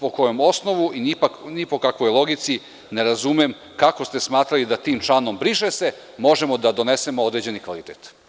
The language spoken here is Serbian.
Ni po kojem osnovu, ni po kakvoj logici ne razumem kako ste smatrali da tim članom - briše se možemo da donesemo određeni kvalitet.